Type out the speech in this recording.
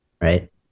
right